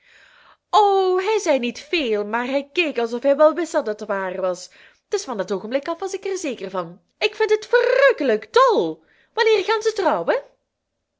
toen o hij zei niet veel maar hij keek alsof hij wel wist dat het waar was dus van dat oogenblik af was ik er zeker van ik vind het verrukkelijk dol wanneer gaan ze trouwen